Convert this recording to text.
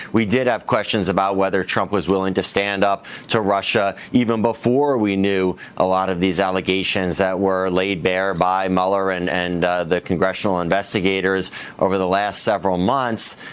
we did have questions about whether trump was willing to stand up to russia, even before we knew a lot of these allegations that were laid bare by mueller and and the congressional investigators over the last several months.